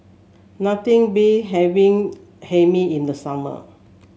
nothing beat having Hae Mee in the summer